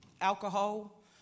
alcohol